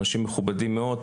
אנשים מכובדים מאוד,